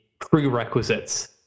prerequisites